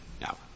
Now